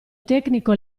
tecnico